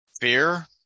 Fear